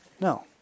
No